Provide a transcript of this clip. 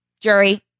jury